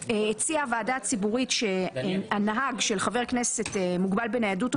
הציעה הוועדה הציבורית שהנהג של חבר כנסת מוגבל בניידות או